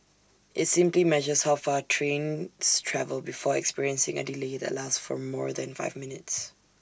IT simply measures how far trains travel before experiencing A delay that lasts for more than five minutes